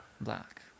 Black